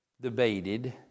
debated